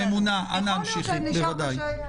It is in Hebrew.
אולי נשאר מה שהיה.